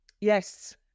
Yes